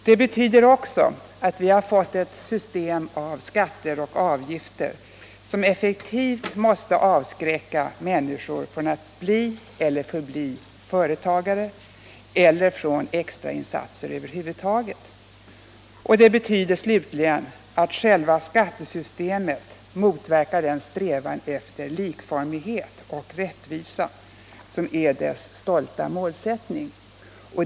Det betyder också att vi fått ett system för skatter och avgifter som effektivt måste avskräcka människor från att bli eller förbli företagare eller från extrainsatser över huvud taget. Det betyder slutligen att själva skattesystemet motverkar den strävan efter likformighet och rättvisa som är dess stolta målsättning.